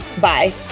bye